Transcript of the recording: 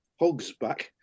Hogsback